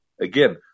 again